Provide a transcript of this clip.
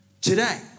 today